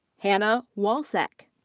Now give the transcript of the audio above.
hannah walcek.